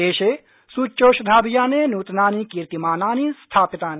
देशे सूच्यौषधाभियाने नूतनानि कीर्तिमानानि स्थापितानि